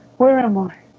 where am i?